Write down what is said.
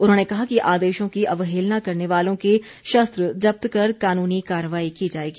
उन्होंने कहा कि आदेशों की अवहेलना करने वालों के शस्त्र जब्त कर कानूनी कार्यवाही की जाएगी